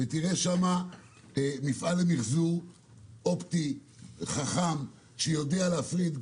ותראה שם מפעל למיחזור אופטי חכם שיודע להפריד.